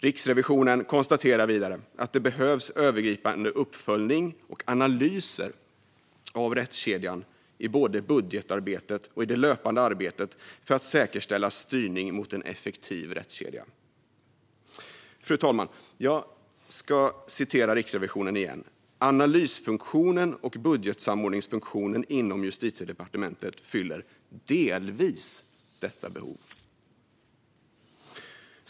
Riksrevisionen konstaterar vidare att det behövs övergripande uppföljning och analyser av rättskedjan i både budgetarbetet och i det löpande arbetet för att säkerställa styrning mot en effektiv rättskedja. Fru talman! Jag ska citera Riksrevisionen igen: "Analysfunktionen och budgetsamordningsfunktionen inom Justitiedepartementet fyller delvis detta behov. "